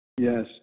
Yes